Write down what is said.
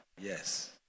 Yes